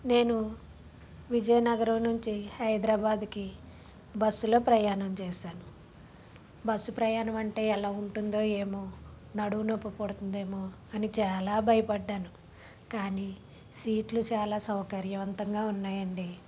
నేను విజయనగరం నుంచి హైదరాబాద్కి బస్సులో ప్రయాణం చేశాను బస్సు ప్రయాణం అంటే ఎలా ఉంటుందో ఏమో నడుము నొప్పి పడుతుందేమో అని చాలా భయపడ్డాను కానీ సీట్లు చాలా సౌకర్యవంతంగా ఉన్నాయండి